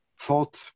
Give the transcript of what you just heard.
thought